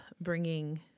bringing